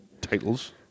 titles